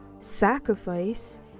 sacrifice